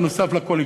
בנוסף לכול,